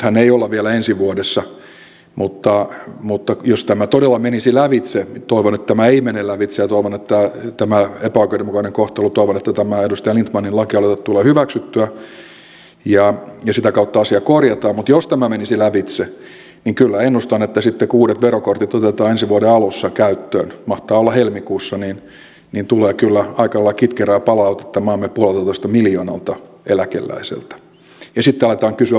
nythän ei olla vielä ensi vuodessa mutta jos tämä todella menisi lävitse toivon että tämä epäoikeudenmukainen kohtelu ei mene lävitse ja toivon että tämä edustaja lindtmanin laki aloite tulee hyväksyttyä ja sitä kautta asia korjataan niin kyllä ennustan että sitten kun uudet verokortit otetaan ensi vuoden alussa käyttöön mahtaa olla helmikuussa niin tulee kyllä aika lailla kitkerää palautetta maamme puoleltatoista miljoonalta eläkeläiseltä ja sitten aletaan kysyä vaalipuheiden perään